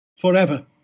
forever